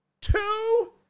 Two